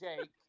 jake